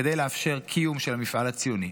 כדי לאפשר קיום של המפעל הציוני,